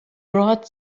brought